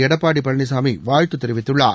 எடப்பாடி பழனிசாமி வாழ்த்து தெரிவித்துள்ளார்